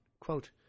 Quote